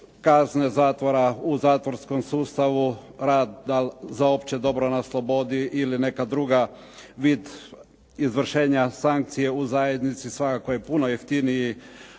kazne zatvora u zatvorskom sustavu rad dal za opće dobro na slobodi ili neka druga bit izvršenja sankcije u zajednici, svakako je puno jeftiniji